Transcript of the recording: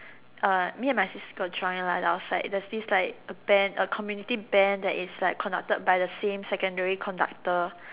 uh me and my sis got join like the outside like there was this like a band like a community band that is like conducted by the same secondary conductor